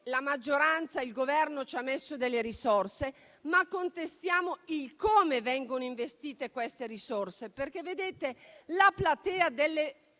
la maggioranza, il Governo ci ha messo delle risorse, ma contestiamo il come vengono investite, perché la platea delle